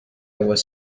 was